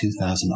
2000